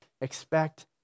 expect